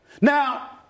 Now